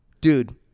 dude